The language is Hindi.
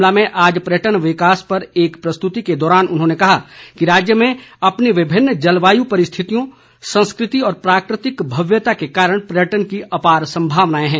शिमला में आज पर्यटन विकास पर एक प्रस्तुति के दौरान उन्होंने कहा कि राज्य में अपनी विभिन्न जलवायु परिस्थितियों संस्कृति और प्राकृतिक भव्यता के कारण पर्यटन की अपार संभावनाएं हैं